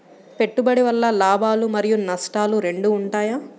పెట్టుబడి వల్ల లాభాలు మరియు నష్టాలు రెండు ఉంటాయా?